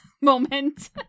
moment